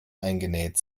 eingenäht